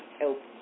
help